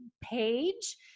page